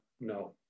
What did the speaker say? No